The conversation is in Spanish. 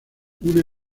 una